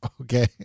okay